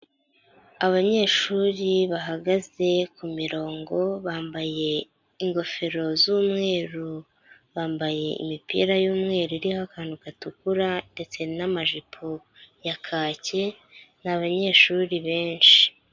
Abanyeshuri bahagaze ku mirongo, bambaye ingofero z'umweru, bambaye imipira y'umweru iriho akantu gatukura, ndetse n'amajipo ya kake, ni abanyeshuri benshi.